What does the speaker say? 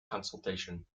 consultation